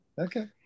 Okay